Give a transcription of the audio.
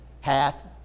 hath